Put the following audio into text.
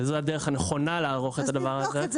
וזו הדרך הנכונה לערוך את הדבר הזה